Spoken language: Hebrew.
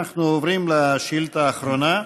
אנחנו עוברים לשאילתה האחרונה,